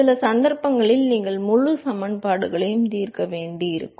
சில சந்தர்ப்பங்களில் நீங்கள் முழு சமன்பாடுகளையும் தீர்க்க வேண்டியிருக்கும்